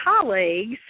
colleagues